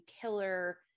killer